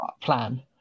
plan